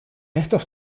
estos